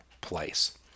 place